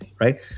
right